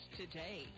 today